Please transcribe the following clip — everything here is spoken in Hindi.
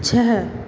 छः